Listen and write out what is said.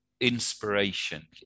inspiration